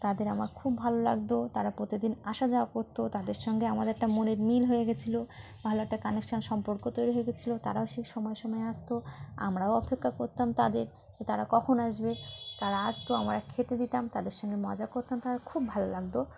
তাদের আমার খুব ভালো লাগতো তারা প্রতিদিন আসা যাওয়া করতো তাদের সঙ্গে আমাদের একটা মনের মিল হয়ে গেছিল ভালো একটা কানেকশান সম্পর্ক তৈরি হয়ে গেছিলো তারাও সেই সময় সময়ে আসতো আমরাও অপেক্ষা করতাম তাদের যে তারা কখন আসবে তারা আসতো আমরা খেতে দিতাম তাদের সঙ্গে মজা করতাম তারা খুব ভালো লাগতো